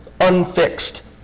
unfixed